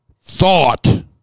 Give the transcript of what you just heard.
thought